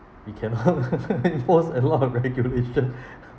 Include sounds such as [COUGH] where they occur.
you cannot [LAUGHS] impose a lot of regulation [LAUGHS]